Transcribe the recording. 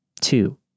Two